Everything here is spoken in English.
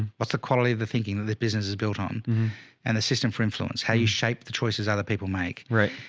but the quality of the thinking that the business is built on and the system for influence, how you shaped the choices other people make. right.